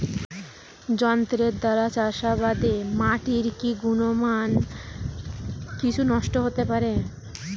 যন্ত্রের দ্বারা চাষাবাদে মাটির কি গুণমান কিছু নষ্ট হতে পারে?